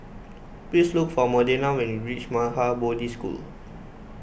please look for Modena when you reach Maha Bodhi School